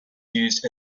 used